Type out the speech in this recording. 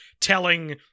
telling